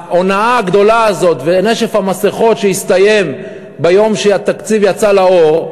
ההונאה הגדולה הזאת ונשף המסכות שהסתיים ביום שהתקציב יצא לאור,